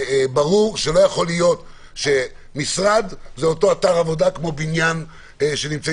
ברור שלא יכול להיות שמשרד זה אותו אתר עבודה כמו בניין ופיגומים.